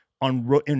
on